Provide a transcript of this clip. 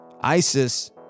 ISIS